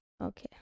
Okay